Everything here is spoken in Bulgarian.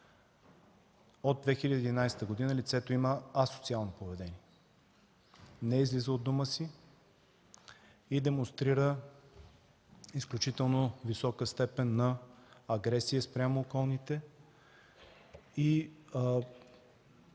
от 2011 г. лицето има асоциално поведение –не излиза от дома си и демонстрира изключително висока степен на агресия спрямо околните и